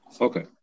okay